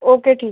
okay ठीक